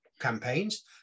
campaigns